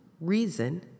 reason